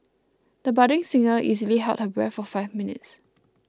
the budding singer easily held her breath for five minutes